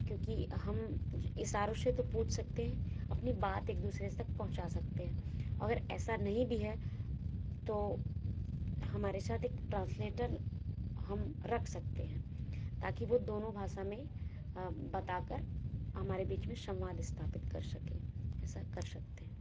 क्योंकि हम इशारों से तो पूछ सकते हैं अपनी बात एक दूसरे तक पहुँचा सकते हैं अगर ऐसा नहीं भी है तो हमारे साथ एक ट्रांसलेटर हम रख सकते हैं ताकि वो दोनों भाषा में बता कर हमारे बीच में संवाद स्थापित कर सके ऐसा कर सकते हैं